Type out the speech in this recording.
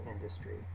industry